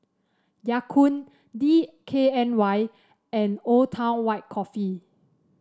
Ya Kun D K N Y and Old Town White Coffee